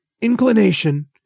inclination